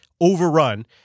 overrun